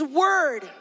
word